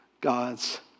God's